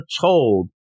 told